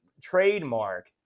trademark